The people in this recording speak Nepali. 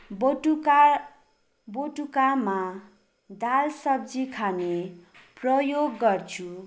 बोटुका बोटुकामा दाल सब्जी खाने प्रयोग गर्छु